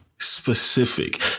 specific